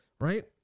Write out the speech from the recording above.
right